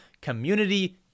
community